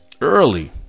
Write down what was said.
Early